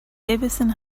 davison